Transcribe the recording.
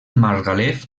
margalef